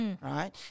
right